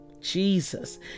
Jesus